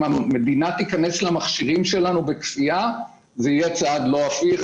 אם המדינה תיכנס למכשירים שלנו בכפייה זה יהיה צעד בלתי הפיך,